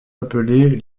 appelés